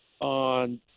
on